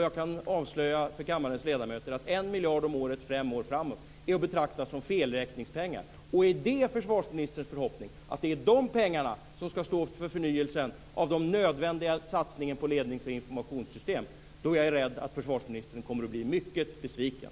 Jag kan avslöja för kammarens ledamöter att 1 miljard om året fem år framåt är att betrakta som felräkningspengar. Är det försvarsministerns förhoppning att det är de pengarna som ska stå för förnyelsen och den nödvändiga satsningen på lednings och informationssystem? Då är jag rädd att försvarsministern kommer att bli mycket besviken.